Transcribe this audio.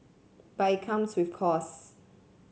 but it comes with costs